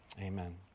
Amen